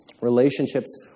relationships